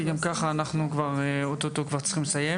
כי גם כך אנחנו צריכים אוטוטו לסיים.